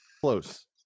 Close